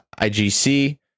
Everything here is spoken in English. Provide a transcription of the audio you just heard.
IGC